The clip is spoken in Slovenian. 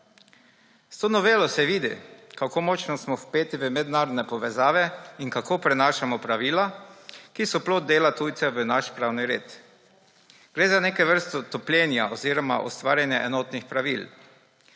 S to novelo se vidi, kako močno smo vpeti v mednarodne povezave in kako prenašamo pravila, ki so plod dela tujcev, v naš pravni red. Gre za neke vrste topljenje oziroma ustvarjanje enotnih pravil.